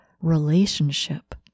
relationship